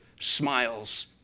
smiles